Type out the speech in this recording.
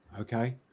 okay